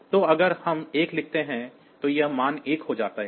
तो अगर हम 1 लिखते हैं तो ये मान 1 हो जाते हैं